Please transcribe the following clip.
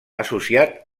associat